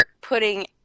putting